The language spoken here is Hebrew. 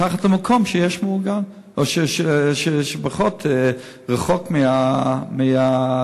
אלא במקום שכן ממוגן או שפחות רחוק מהטילים?